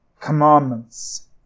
commandments